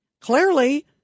Clearly